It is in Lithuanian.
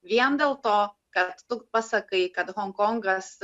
vien dėl to kad tu pasakai kad honkongas